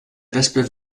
wespe